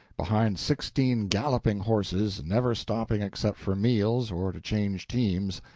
behind sixteen galloping horses, never stopping except for meals or to change teams,